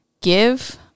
give